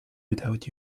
without